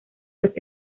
pues